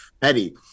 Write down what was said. petty